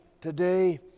today